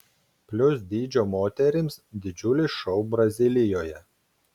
plius dydžio moterims didžiulis šou brazilijoje